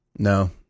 No